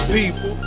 people